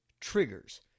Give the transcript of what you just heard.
triggers